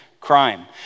crime